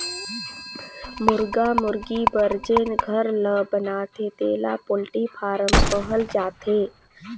मुरगा मुरगी बर जेन घर ल बनाथे तेला पोल्टी फारम कहल जाथे